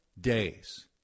days